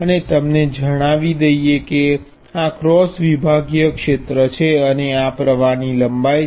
અને તમને જણાવી દઈએ કે આ ક્રોસ વિભાગીય ક્ષેત્ર છે અને આ પ્રવાહની લંબાઈ છે